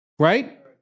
Right